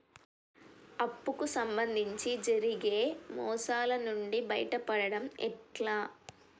అప్పు కు సంబంధించి జరిగే మోసాలు నుండి బయటపడడం ఎట్లా?